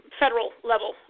federal-level